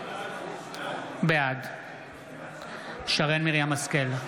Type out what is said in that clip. בעד שרן מרים השכל,